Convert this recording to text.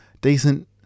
decent